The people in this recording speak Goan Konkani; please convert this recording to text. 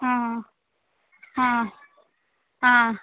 आं आं